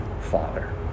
Father